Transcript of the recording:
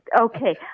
Okay